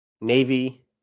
Navy